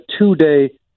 two-day